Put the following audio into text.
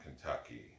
Kentucky